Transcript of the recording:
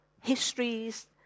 histories